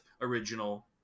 original